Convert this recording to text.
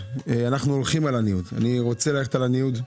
הולכים על הניוד; אני רוצה ללכת על הניוד.